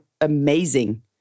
amazing